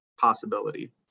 possibility